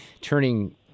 turning